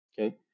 Okay